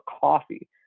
coffee